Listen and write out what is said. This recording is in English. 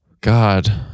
God